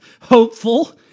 hopeful